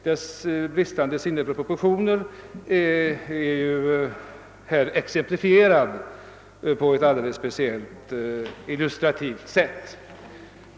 Detta bristande sinne för proportioner har nu blivit exemplifierat på ett speciellt illustrativt sätt.